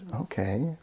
okay